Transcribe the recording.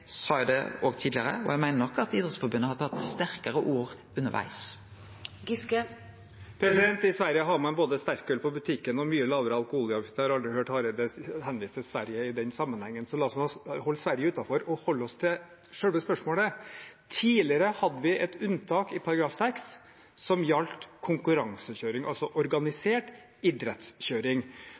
og som eg sa tidlegare, meiner eg nok at Idrettsforbundet har tatt i bruk sterkare ord undervegs. I Sverige har man både sterkøl på butikken og mye lavere alkoholavgift. Jeg har aldri hørt Hareide henvise til Sverige i den sammenhengen. La oss nå holde Sverige utenfor og holde oss til selve spørsmålet. Tidligere hadde vi et unntak i § 6, som gjaldt konkurransekjøring, altså organisert idrettskjøring.